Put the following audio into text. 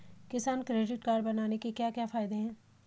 किसान credit card बनाने के क्या क्या फायदे हैं?